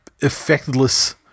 effectless